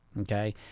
okay